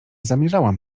zamierzałam